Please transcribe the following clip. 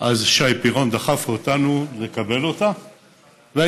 שי פירון דחף אותנו לקבל אותה אז,